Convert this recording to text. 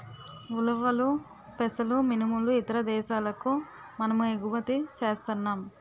ఉలవలు పెసలు మినుములు ఇతర దేశాలకు మనము ఎగుమతి సేస్తన్నాం